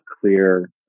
clear